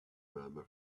murmur